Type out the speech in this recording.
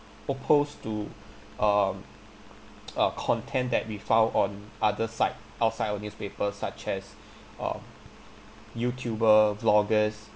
oppose to um content that we found on other side outside of newspapers such as uh youtuber vloggers